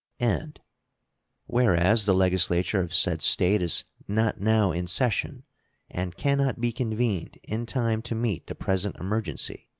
and whereas the legislature of said state is not now in session and can not be convened in time to meet the present emergency,